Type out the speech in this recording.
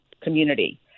community